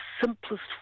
simplest